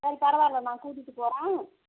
சரி பரவாயில்லை நான் கூட்டிகிட்டு போகறேன்